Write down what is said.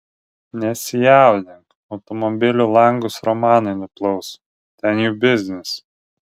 nesijaudink automobilių langus romanai nuplaus ten jų biznis